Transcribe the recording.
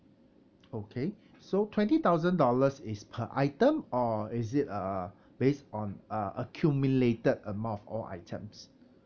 okay so twenty thousand dollars is per item or is it uh based on uh accumulated amount of all items